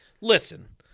Listen